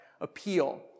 appeal